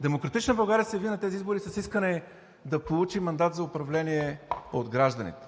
„Демократична България“ се яви на тези избори с искане да получи мандат за управление от гражданите.